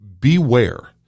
Beware